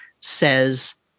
says